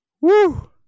Woo